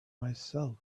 myself